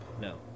No